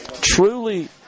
truly